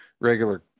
regular